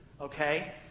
Okay